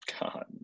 God